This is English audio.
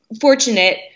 fortunate